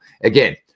Again